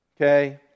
Okay